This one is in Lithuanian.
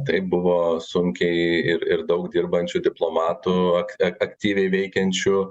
taip buvo sunkiai ir ir daug dirbančių diplomatų ak ak aktyviai veikiančių